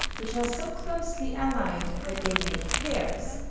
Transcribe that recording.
which are so close ly allied that they make pairs,